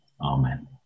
Amen